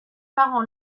parents